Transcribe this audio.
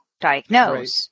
diagnose